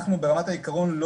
ברמת העיקרון,